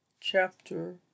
Chapter